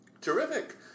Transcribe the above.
Terrific